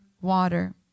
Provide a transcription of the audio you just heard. water